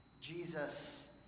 Jesus